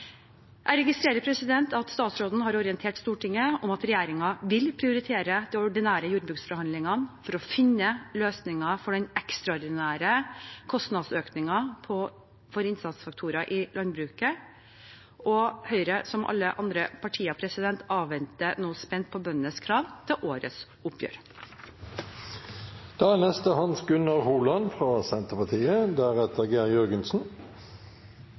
Jeg registrerer at statsråden har orientert Stortinget om at regjeringen vil prioritere de ordinære jordbruksforhandlingene for å finne løsninger på den ekstraordinære kostnadsøkningen for innsatsfaktorer i landbruket. Høyre, som alle andre partier, avventer nå spent bøndenes krav til årets oppgjør. Situasjonen i jordbruket er